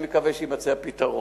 ואני מקווה שיימצא פתרון.